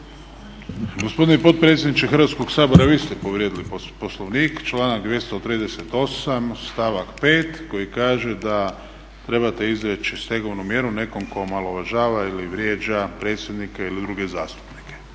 Gospodine potpredsjedniče Hrvatskog sabora vi ste povrijedili Poslovnik, članak 238., stavak 5. koji kaže da trebate izreći stegovnu mjeru nekom tko omalovažava ili vrijeđa predsjednika ili druge zastupnike.